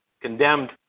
condemned